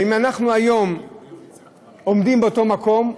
והאם אנחנו היום עומדים באותו מקום,